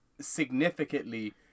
Significantly